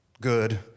good